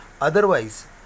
otherwise